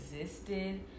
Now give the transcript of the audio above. existed